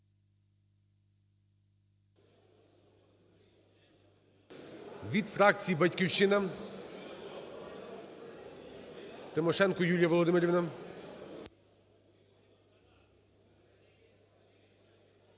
Від фракції "Батьківщина" – Тимошенко Юлія Володимирівна.